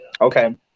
Okay